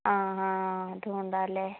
ആ ആ അതുകൊണ്ടാണല്ലേ